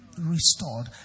restored